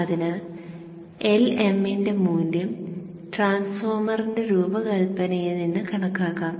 അതിനാൽ Lm ന്റെ മൂല്യം ട്രാൻസ്ഫോർമറിന്റെ രൂപകൽപ്പനയിൽ നിന്ന് കണക്കാക്കാം